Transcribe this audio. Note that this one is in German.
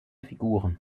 figuren